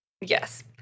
yes